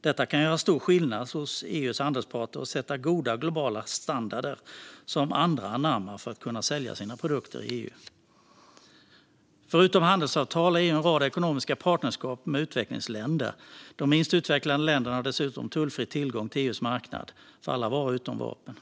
Detta kan göra stor skillnad hos EU:s handelspartner och sätta goda globala standarder som andra anammar för att kunna sälja sina produkter i EU. Förutom handelsavtal har EU en rad ekonomiska partnerskap med utvecklingsländer. De minst utvecklade länderna har dessutom tullfri tillgång till EU:s marknad för alla varor utom vapen.